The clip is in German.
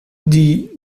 die